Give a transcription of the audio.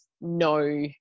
no